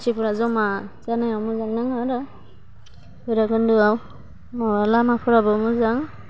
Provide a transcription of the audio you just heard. मानसिफ्रा जमा जानायाव मजां नाङो आरो भैरबकन्द'आव माबा लामाफोराबो मोजां